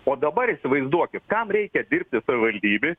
o dabar įsivaizduokit kam reikia dirbti savivaldybei